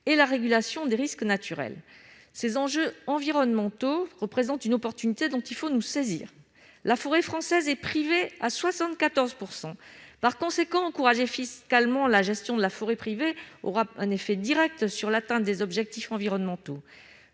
et la régulation des risques naturels. Ces enjeux environnementaux représentent une opportunité dont il faut nous saisir. La forêt française est privée à 74 %. Encourager fiscalement la gestion de la forêt privée aura un effet direct sur l'atteinte des objectifs environnementaux.